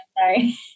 Sorry